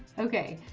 okay,